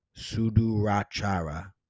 sudurachara